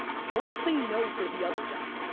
don't say no for the other guy.